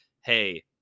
hey